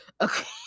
Okay